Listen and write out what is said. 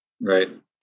right